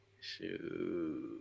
Shoot